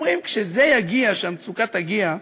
אומרים: כשהמצוקה תגיע,